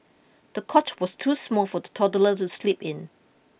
the cot was too small for the toddler to sleep in